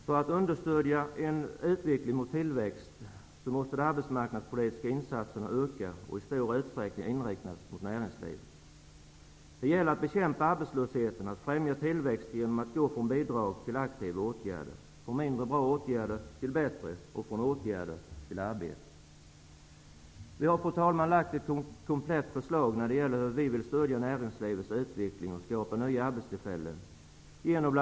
För att understödja en utveckling mot tillväxt måste de arbetsmarknadspolitiska insatserna öka och i stor utsträckning inriktas mot näringslivet. Det gäller att bekämpa arbetslösheten och främja tillväxt genom att gå från bidrag till aktiva åtgärder, från mindre bra åtgärder till bättre och från åtgärder till arbete. Vi har, fru talman, lagt fram ett komplett förslag till stöd för näringslivets utveckling och att skapa nya arbetstillfällen.